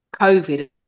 COVID